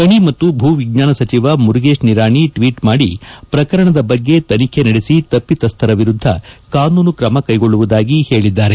ಗಣಿ ಮತ್ತು ಭೂವಿಜ್ಞಾನ ಸಚಿವ ಮುರುಗೇಶ್ ನಿರಾಣಿ ಟ್ವೀಟ್ ಮಾಡಿ ಪ್ರಕರಣದ ಬಗ್ಗೆ ತನಿಖೆ ನಡೆಸಿ ತಪ್ಪಿತಸ್ಥರ ವಿರುದ್ದ ಕಾನೂನು ಕ್ರಮ ಕೈಗೊಳ್ಲುವುದಾಗಿ ಹೇಳಿದ್ದಾರೆ